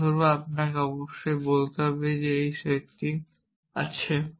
উদাহরণস্বরূপ আপনাকে অবশ্যই বলতে হবে যে এই সেটটি আছে